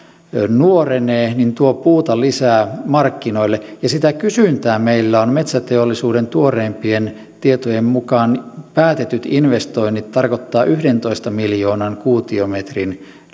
nuorenee tuo puuta lisää markkinoille ja sitä kysyntää meillä on metsäteollisuuden tuoreimpien tietojen mukaan päätetyt investoinnit tarkoittavat yhdentoista miljoonan kuutiometrin